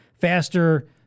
faster